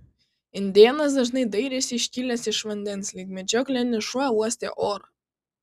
indėnas dažnai dairėsi iškilęs iš vandens lyg medžioklinis šuo uostė orą